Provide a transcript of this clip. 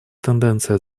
тенденция